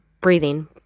breathing